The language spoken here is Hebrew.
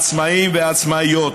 העצמאים והעצמאיות,